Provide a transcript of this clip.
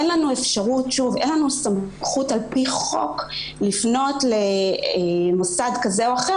אין לנו סמכות על פי חוק לפנות למוסד כזה או אחר